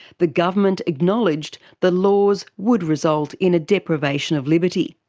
the government acknowledged the laws would result in a deprivation of liberty,